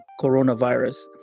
coronavirus